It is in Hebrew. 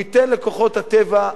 הוא ייתן לכוחות הטבע,